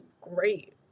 great